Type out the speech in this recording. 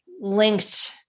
linked